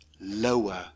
lower